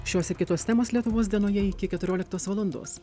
šios ir kitos temos lietuvos dienoje iki keturioliktos valandos